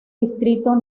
distrito